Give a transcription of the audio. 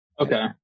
Okay